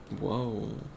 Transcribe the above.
Whoa